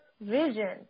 vision